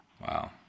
Wow